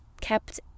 kept